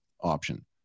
option